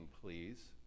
please